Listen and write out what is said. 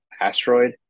asteroid